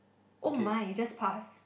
oh my it just pass